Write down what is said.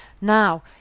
Now